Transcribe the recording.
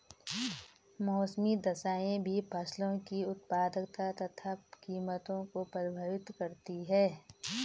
मौसमी दशाएं भी फसलों की उत्पादकता तथा कीमतों को प्रभावित करती है